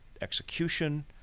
execution